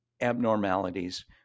abnormalities